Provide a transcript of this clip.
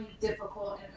difficult